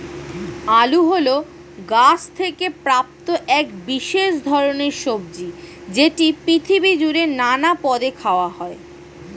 আলু হল গাছ থেকে প্রাপ্ত এক বিশেষ ধরণের সবজি যেটি পৃথিবী জুড়ে নানান পদে খাওয়া হয়